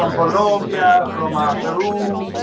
um yeah from um peru